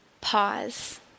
pause